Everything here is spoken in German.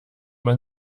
man